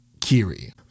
Kiri